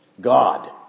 God